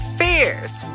fierce